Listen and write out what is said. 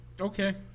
Okay